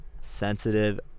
sensitive